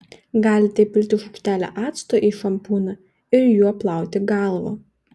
galite įpilti šaukštelį acto į šampūną ir juo plauti galvą